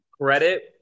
Credit